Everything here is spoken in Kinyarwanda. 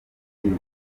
nziza